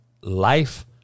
life